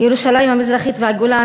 ירושלים המזרחית והגולן,